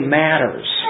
matters